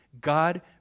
God